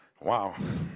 wow